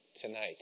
tonight